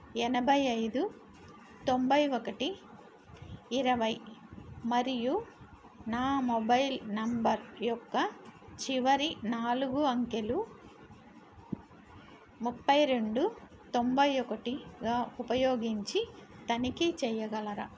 ఎనభై ఐదు తొంభై ఒకటి ఇరవై మరియు నా మొబైల్ నంబర్ యొక్క చివరి నాలుగు అంకెలు ముప్పై రెండు తొంభై ఒకటిగా ఉపయోగించి తనిఖీ చెయ్యగలరా